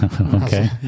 Okay